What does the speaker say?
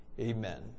amen